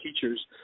teachers